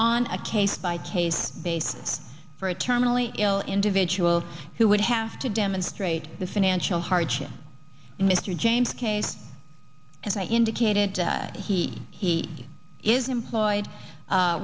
on a case by case basis for a terminally ill individual who would have to demonstrate the financial hardship in mr james case as i indicated he he is employed